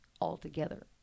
altogether